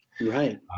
Right